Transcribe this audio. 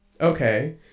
Okay